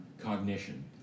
cognition